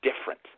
different